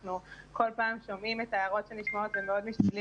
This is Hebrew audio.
אנחנו כל פעם שומעים את ההערות שנשמעות ומאוד משתדלים